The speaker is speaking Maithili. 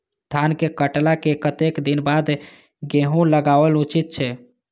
धान के काटला के कतेक दिन बाद गैहूं लागाओल उचित छे?